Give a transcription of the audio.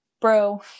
bro